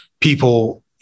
people